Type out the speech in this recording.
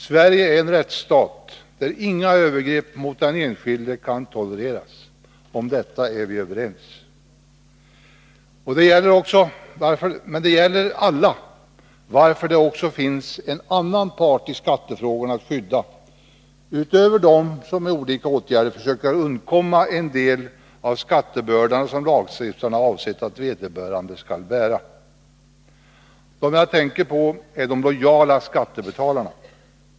Sverige är en rättsstat, där inget övergrepp mot den enskilde kan tolereras. Om detta är vi överens. Men det gäller alla, varför det i skattefrågorna också finns en annan part att skydda utöver dem som med olika åtgärder försöker undkomma en del av den skattebörda som lagstiftaren har avsett att vederbörande skall bära. Jag tänker då på de lojala skattebetalarna.